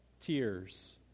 tears